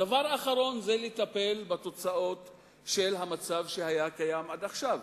דבר אחרון זה לטפל בתוצאות המצב שהיה קיים עד עכשיו.